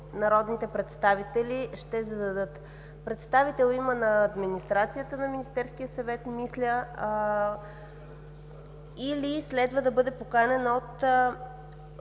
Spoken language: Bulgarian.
народните представители ще зададат. Има представител на администрацията на Министерския съвет и следва да бъде поканен от